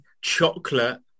chocolate